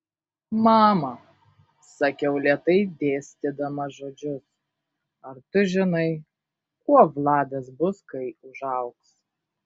mama sakiau lėtai dėstydama žodžius ar tu žinai kuo vladas bus kai užaugs